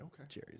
okay